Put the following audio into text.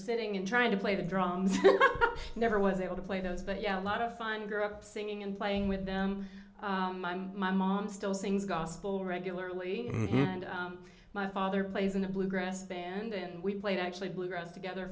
sitting in trying to play the drums never was able to play those but yeah a lot of fun grew up singing and playing with them my mom still sings gospel regularly and my father plays in a bluegrass band and we played actually bluegrass together